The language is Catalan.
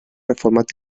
reformat